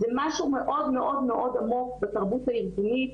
זה משהו מאוד עמוק בתרבות הארגונית